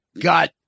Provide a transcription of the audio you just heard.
got